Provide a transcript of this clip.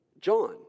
John